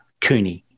Cooney